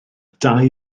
dau